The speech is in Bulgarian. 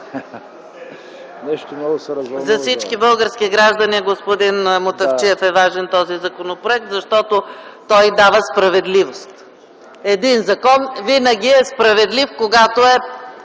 по много важен законопроект. За всички български граждани, господин Мутафчиев, е важен този законопроект, защото той дава справедливост. Един закон винаги е справедлив, когато е